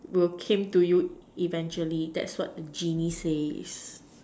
will came to you eventually that's what the genie says